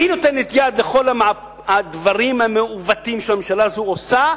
היא נותנת יד לכל הדברים המעוותים שהממשלה הזאת עושה,